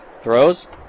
Throws